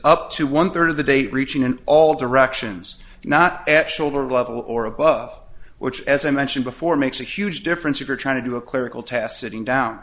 up to one third of the date reaching in all directions not at shoulder level or above which as i mentioned before makes a huge difference if you're trying to do a clinical test sitting down